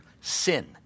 sin